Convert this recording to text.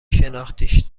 شناختیش